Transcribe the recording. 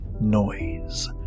noise